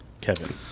Kevin